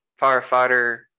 firefighter